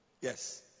Yes